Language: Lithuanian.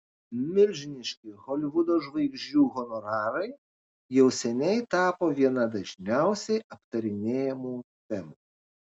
milžiniški holivudo žvaigždžių honorarai jau seniai tapo viena dažniausiai aptarinėjamų temų